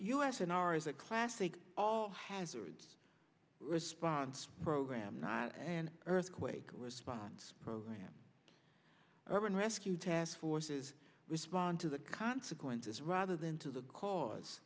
us in our is a classic all hazards response program not an earthquake was spots program urban rescue task forces respond to the consequences rather than to the cause